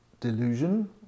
delusion